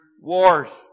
wars